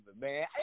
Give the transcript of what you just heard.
man